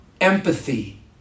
empathy